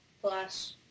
plus